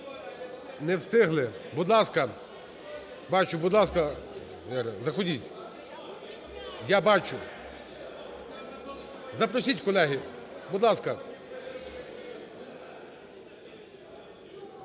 Не встигли. Будь ласка, бачу… Будь ласка, заходіть. Я бачу. Запросіть, колеги. Будь ласка.